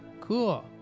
cool